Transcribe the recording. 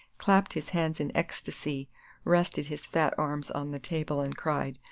clapped his hands in ecstacy, rested his fat arms on the table, and cried,